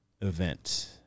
event